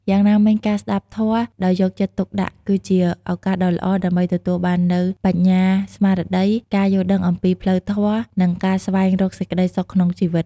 យ៉ាងណាមិញ ការស្តាប់ធម៌ដោយយកចិត្តទុកដាក់ គឺជាឱកាសដ៏ល្អដើម្បីទទួលបាននូវបញ្ញាស្មារតី ការយល់ដឹងអំពីផ្លូវធម៌ និងការស្វែងរកសេចក្តីសុខក្នុងជីវិត។